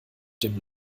dem